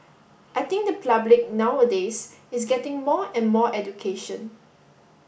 I think the public nowadays is getting more and more education